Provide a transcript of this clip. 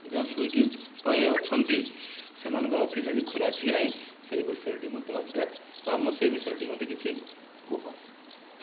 ଯେଉଁ ସ୍ଵିଗି ବଏ ଅଛନ୍ତି ସେମାନଙ୍କର ଅଫିସ ଆଜି ଖୋଲା ଅଛି କି ନାହିଁ ସେହି ବିଷୟରେ ଟିକେ ମୋତେ ଅପଡ଼େଟ ବା ମୋତେ ସେହି ବିଷୟରେ ଟିକେ ମୋତେ କିଛି କୁହ